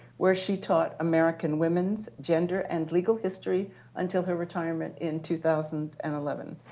where she taught american women's gender and legal history until her retirement in two thousand and eleven.